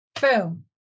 boom